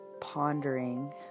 pondering